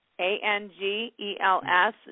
A-N-G-E-L-S